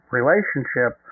relationship